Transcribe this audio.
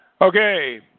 Okay